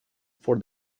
for